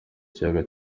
kiyaga